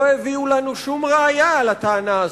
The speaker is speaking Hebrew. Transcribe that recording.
לא הביאו לנו שום ראיה לטענה הזאת,